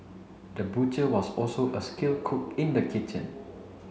the butcher was also a skilled cook in the kitchen